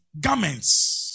garments